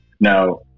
Now